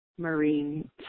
marine